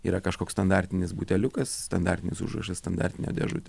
yra kažkoks standartinis buteliukas standartinis užrašas standartinė dėžute